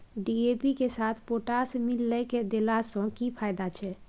DAP के साथ potash मिललय के देला स की फायदा छैय?